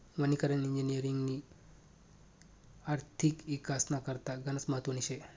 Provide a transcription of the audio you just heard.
वनीकरण इजिनिअरिंगनी आर्थिक इकासना करता गनच महत्वनी शे